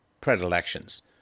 predilections